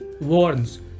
warns